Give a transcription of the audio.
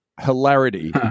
hilarity